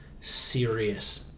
serious